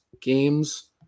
games